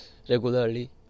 regularly